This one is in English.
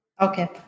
Okay